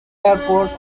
airport